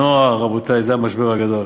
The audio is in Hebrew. הנוער, רבותי, זה המשבר הגדול.